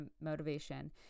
motivation